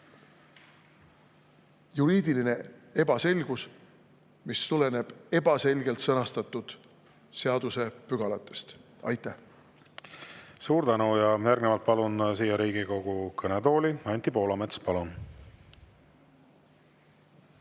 juriidiline ebaselgus, mis tuleneb ebaselgelt sõnastatud seadusepügalatest. Aitäh! Suur tänu! Ja järgnevalt palun siia Riigikogu kõnetooli Anti Poolametsa. Palun!